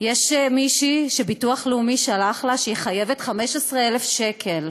יש מישהי שהביטוח הלאומי שלח לה הודעה שהיא חייבת 15,000 שקל.